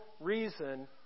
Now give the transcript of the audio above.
reason